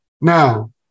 Now